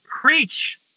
preach